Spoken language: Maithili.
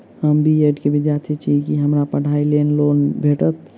हम बी ऐड केँ विद्यार्थी छी, की हमरा पढ़ाई लेल लोन भेटतय?